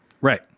Right